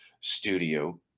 studio